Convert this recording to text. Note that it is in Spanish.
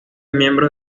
miembros